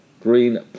Green